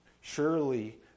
Surely